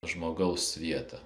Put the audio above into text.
žmogaus vietą